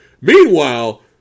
Meanwhile